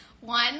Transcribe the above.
One